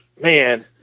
Man